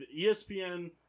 ESPN